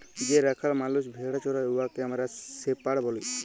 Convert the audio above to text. যে রাখাল মালুস ভেড়া চরাই উয়াকে আমরা শেপাড় ব্যলি